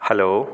hello